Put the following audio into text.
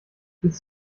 bis